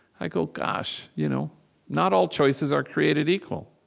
i go, gosh, you know not all choices are created equal,